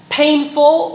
painful